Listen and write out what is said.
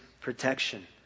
protection